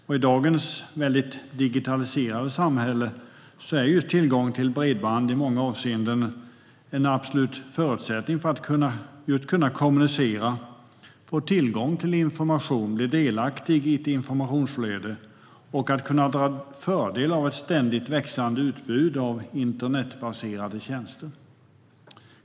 I dagens mycket digitaliserade samhälle är just tillgång till bredband i många avseenden en absolut förutsättning för att kunna kommunicera, få tillgång till information, bli delaktig i ett informationsflöde och att kunna dra fördel av ett ständigt växande utbud av internetbaserade tjänster.